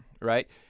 right